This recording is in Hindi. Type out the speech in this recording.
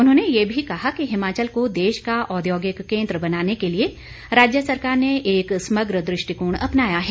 उन्होंने ये भी कहा कि हिमाचल को देश का औद्योगिक केन्द्र बनाने के लिए राज्य सरकार ने एक समग्र दृष्टिकोण अपनाया है